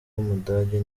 w’umudage